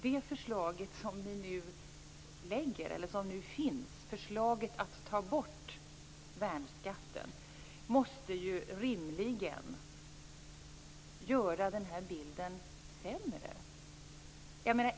Det förslag som nu finns om att ta bort värnskatten måste rimligen göra den här bilden sämre.